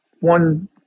one